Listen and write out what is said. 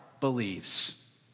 believes